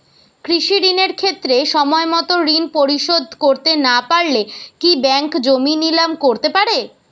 কৃষিঋণের ক্ষেত্রে সময়মত ঋণ পরিশোধ করতে না পারলে কি ব্যাঙ্ক জমি নিলাম করতে পারে?